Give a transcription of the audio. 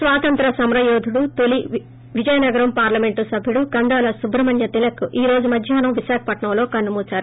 స్వాతంత్ర సమరయోధుడు తోలీ విజయనగరం పార్లమెంటు సభ్యుడు కందాల సుబ్రహ్మణ్యం తిలక్ ఈ రోజు మధ్యాహ్నం విశాఖపట్నంలో కన్సు మూశారు